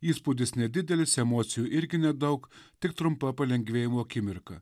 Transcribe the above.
įspūdis nedidelis emocijų irgi nedaug tik trumpa palengvėjimo akimirka